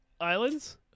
Islands